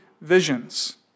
visions